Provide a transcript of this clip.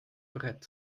brett